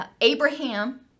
abraham